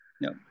no